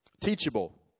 Teachable